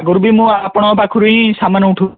ଆଗରୁ ବି ମୁଁ ଆପଣଙ୍କ ପାଖରୁ ହିଁ ସାମାନ ଉଠୋଉ